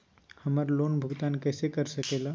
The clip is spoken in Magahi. हम्मर लोन भुगतान कैसे कर सके ला?